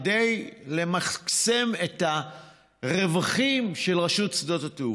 כדי למקסם את הרווחים של רשות שדות התעופה.